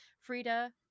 Frida